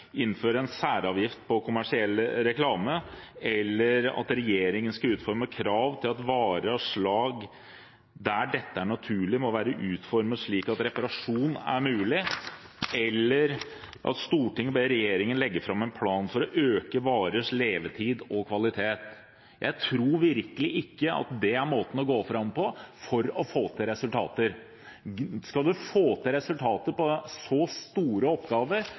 innfører en særavgift på kommersiell reklame, eller at regjeringen skal «utforme krav til at varer av slag der dette er naturlig, må være utformet slik at reparasjon er mulig», eller at «Stortinget ber regjeringen legge fram en plan for å øke varers levetid og kvalitet». Jeg tror virkelig ikke at det er måten å gå fram på for å få til resultater. Skal man få til resultater på så store